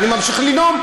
אני ממשיך לנאום.